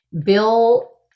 Bill